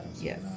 Yes